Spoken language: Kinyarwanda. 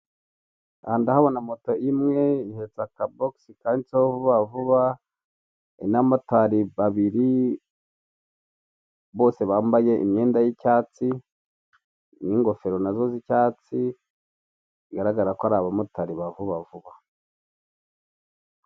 Aha ndahabona moto imwe ihetse akabosi kanditseho vuba vuba, hari n'bamatari babiri bose bambaye imyenda y'icyatsi n'ingofero nazo z'icyatsi, bigaragara ko ari abamotari ba vuba vuba.